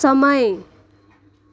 समय